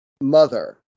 mother